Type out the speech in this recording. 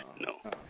No